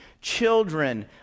Children